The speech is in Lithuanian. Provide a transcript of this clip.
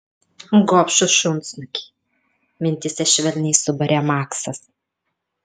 gobšūs šunsnukiai mintyse švelniai subarė maksas